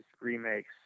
remakes